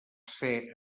ser